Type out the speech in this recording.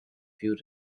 few